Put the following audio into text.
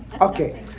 Okay